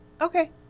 Okay